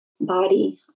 body